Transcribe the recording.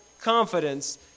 confidence